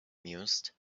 mused